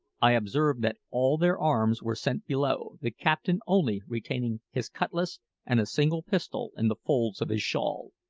i observed that all their arms were sent below, the captain only retaining his cutlass and a single pistol in the folds of his shawl.